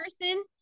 person